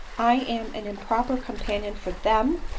i am an im proper companion for them,